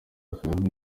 kagame